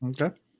Okay